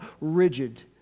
rigid